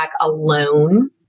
alone